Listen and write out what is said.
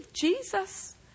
Jesus